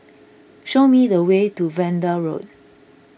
show me the way to Vanda Road